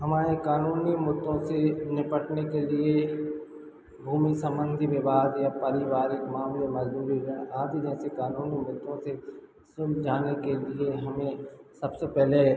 हमाए कानूनी मुद्दों से निपटने के लिए भूमि संबंधी विवाद या पारिवारिक मामले मज़दूरी ऋण आदि जैसे कानूनी मुद्दों से सुलझाने के लिए हमें सबसे पहले